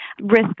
Risk